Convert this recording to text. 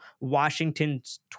Washington's